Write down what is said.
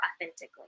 authentically